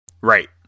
Right